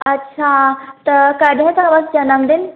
अच्छा त कॾहिं अथव जनमु दिन